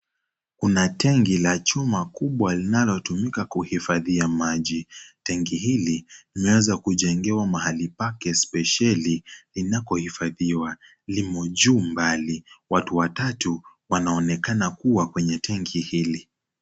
Kuna tanki la chuma kubwa linalotimika kuhifadhia maji. Tanki hili limeweza kujengewa mahali pake spesheli linapohifadhiwa limo juu mbali. Watu watatu wanaonekana kuwa kwenye tanki hili.